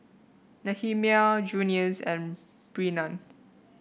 Nehemiah Junious and Brennan